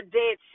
dead